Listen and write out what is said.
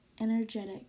energetic